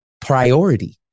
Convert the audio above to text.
priority